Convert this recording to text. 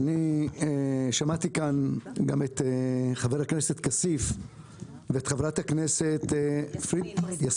אני שמעתי כאן גם את חבר הכנסת כסיף ואת חברת הכנסת פרידמן.